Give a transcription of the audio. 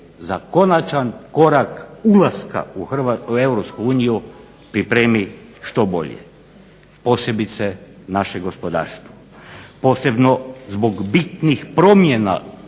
za konačan korak ulaska u EU pripremi što bolje posebice naše gospodarstvo. Posebno zbog bitnih promjena